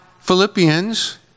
Philippians